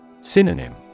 Synonym